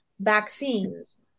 vaccines